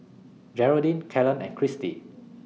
Jeraldine Kalen and Kristi